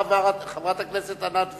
חברת הכנסת עינת וילף.